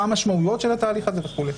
מה המשמעויות של התהליך הזה וכו'.